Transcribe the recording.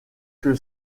que